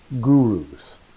gurus